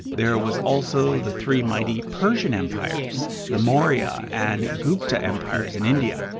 there was also the three mighty persian empires, the maurya and gupta empires in india,